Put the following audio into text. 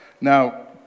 Now